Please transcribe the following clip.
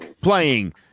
Playing